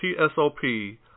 TSOP